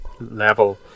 level